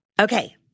Okay